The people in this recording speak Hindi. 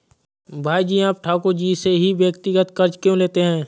भाई जी आप ठाकुर जी से ही व्यक्तिगत कर्ज क्यों लेते हैं?